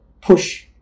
push